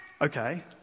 Okay